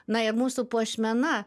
na ir mūsų puošmena